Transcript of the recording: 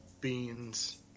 beans